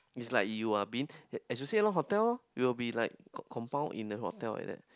it's like you are be in as you say lor hotel lor we will be like compound in a hotel like that